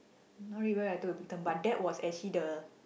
not really where I took a Big Time but that was actually the